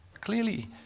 Clearly